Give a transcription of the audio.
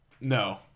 No